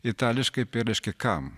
itališkai reiškia kam